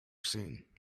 seen